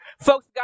Folks